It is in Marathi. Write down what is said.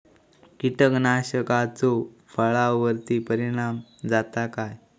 कीटकनाशकाचो फळावर्ती परिणाम जाता काय?